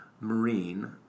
Marine